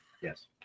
yes